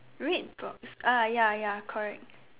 read books ah ya ya correct